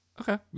Okay